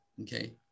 Okay